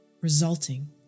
resulting